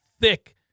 thick